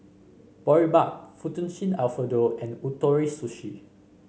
Boribap Fettuccine Alfredo and Ootoro Sushi